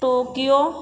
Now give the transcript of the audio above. Tokyo